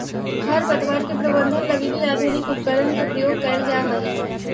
खरपतवार के प्रबंधन लगी भी आधुनिक उपकरण के प्रयोग कैल जा हइ